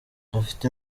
afite